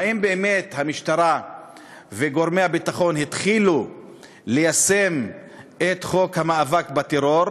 האם באמת המשטרה וגורמי הביטחון התחילו ליישם את חוק המאבק בטרור?